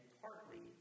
partly